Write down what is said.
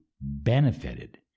benefited